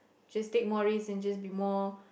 just take more risk and just be more